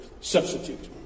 Substitute